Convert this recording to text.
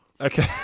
Okay